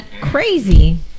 Crazy